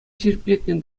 ҫирӗплетнӗ